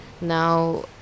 now